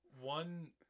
one